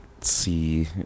see